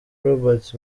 robert